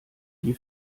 die